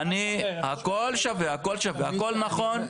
הכול נכון,